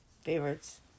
favorites